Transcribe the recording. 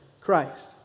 Christ